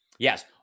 Yes